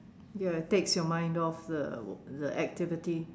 ya it takes your mind off the the activity